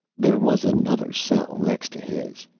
there was another cell next to his.